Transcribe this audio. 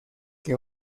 que